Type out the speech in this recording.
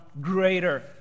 greater